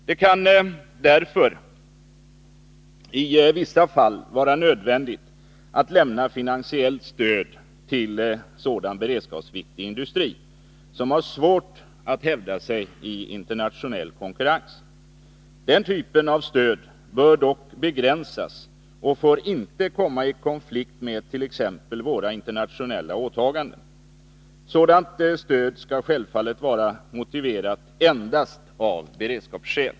Det kan därför i vissa fall vara nödvändigt att lämna finansiellt stöd till sådan beredskapsviktig industri som har svårt att hävda sig i en internationell konkurrens. Den typen av stöd bör dock begränsas och får inte komma i konflikt med t.ex. våra internationella åtaganden. Sådant stöd skall självfallet vara motiverat endast av beredskapsskäl.